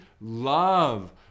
love